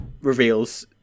reveals